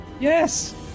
Yes